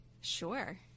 sure